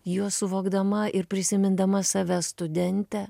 juos suvokdama ir prisimindama save studentę